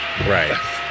right